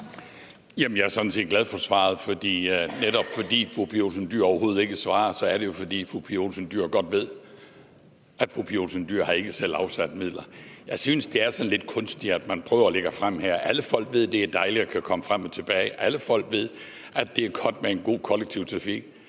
jeg er sådan set glad for svaret. Det, at fru Pia Olsen Dyhr overhovedet ikke svarer, skyldes jo, at fru Pia Olsen Dyhr godt ved, at fru Pia Olsen Dyhr ikke selv har afsat midler. Jeg synes, det er lidt kunstigt, at man prøver at lægge det sådan frem her. Alle folk ved, at det er dejligt at kunne komme frem og tilbage, og alle folk ved, at det er godt med en god kollektiv trafik.